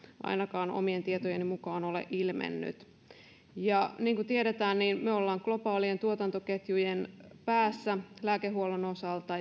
ainakaan omien tietojeni mukaan ole ilmennyt niin kuin tiedetään me olemme globaalien tuotantoketjujen päässä lääkehuollon osalta